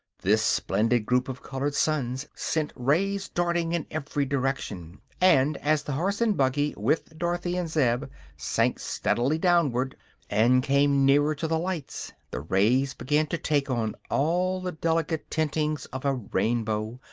this splendid group of colored suns sent rays darting in every direction, and as the horse and buggy with dorothy and zeb sank steadily downward and came nearer to the lights, the rays began to take on all the delicate tintings of a rainbow,